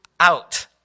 Out